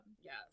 yes